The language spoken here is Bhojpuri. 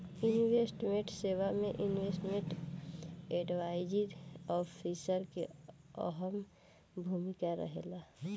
इन्वेस्टमेंट सेवा में इन्वेस्टमेंट एडवाइजरी ऑफिसर के अहम भूमिका रहेला